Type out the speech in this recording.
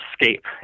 escape